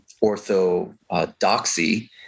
orthodoxy